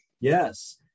Yes